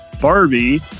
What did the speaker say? Barbie